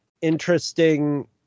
interesting